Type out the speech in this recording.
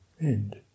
end